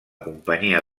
companyia